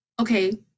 okay